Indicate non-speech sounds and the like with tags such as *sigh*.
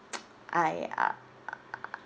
*noise* I uh